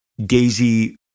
Daisy